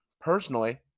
personally